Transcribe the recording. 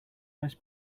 most